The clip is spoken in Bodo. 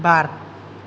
बार